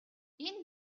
энэ